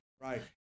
Right